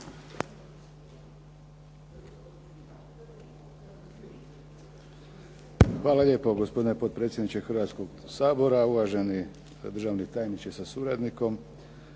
Hvala lijepo gospodine potpredsjedniče Hrvatskog sabora, uvaženi državni tajniče sa suradnikom,